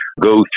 go